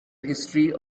history